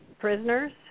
Prisoners